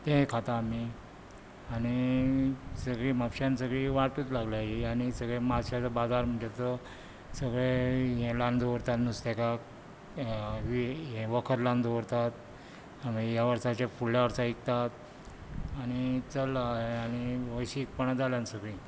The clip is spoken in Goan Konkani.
तें खाता आमी आनी सगळी म्हापश्यांत सगळी वाटूच लागल्या आनी म्हापश्यांचो बाजार म्हणटात तो सगळें हें लावन दवरतात नुस्तेकार वखद लावन दवरतात आनी हे वर्साचें फुडले वर्सा विकतात आनी चल्लां हें